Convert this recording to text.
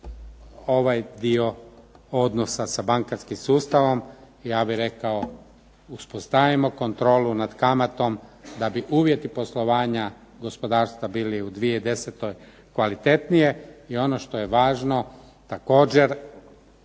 ovaj dio odnosa sa bankarskim sustavom. Ja bih rekao uspostavimo kontrolu nad kamatom da bi uvjeti poslovanja gospodarstva bili u 2010. kvalitetnije. I ono što je važno također